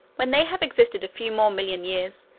when they have existed a few more million years,